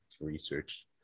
research